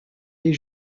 des